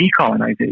decolonization